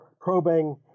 probing